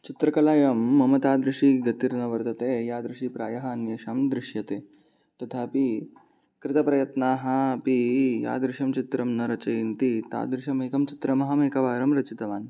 चित्रकलायां मम तादृशी गतिर्न वर्तते यादृशी प्रायः अन्येषां दृश्यते तथापि कृतप्रयत्नाः अपि यादृशं चित्रं न रचयन्ति तादृशमेकं चित्रमहम् एकवारं रचितवान्